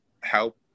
help